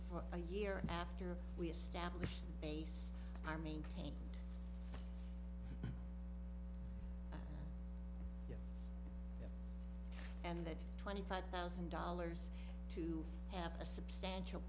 a year after we establish a base are maintained and that twenty five thousand dollars to have a substantial